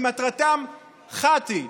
כי מטרתם אחת היא: